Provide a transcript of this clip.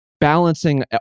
balancing